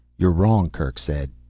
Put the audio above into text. you're wrong, kerk said.